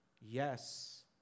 Yes